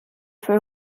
für